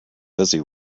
busy